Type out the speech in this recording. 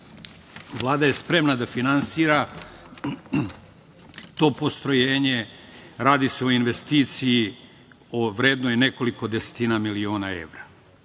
Vlada je spremna da finansira to postrojenje. Radi se o investiciji vrednoj nekoliko desetina miliona evra.